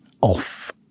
off